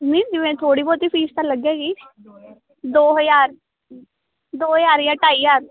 ਨਹੀਂ ਜਿਵੇਂ ਥੋੜ੍ਹੀ ਬਹੁਤ ਫੀਸ ਤਾਂ ਲੱਗੇਗੀ ਦੋ ਹਜ਼ਾਰ ਦੋ ਹਜ਼ਾਰ ਜਾਂ ਢਾਈ ਹਜ਼ਾਰ